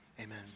Amen